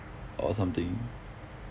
or something